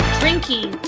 drinking